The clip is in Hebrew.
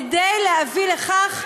כדי להביא לכך,